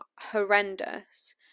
horrendous